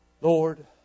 Lord